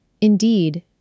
Indeed